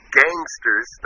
gangsters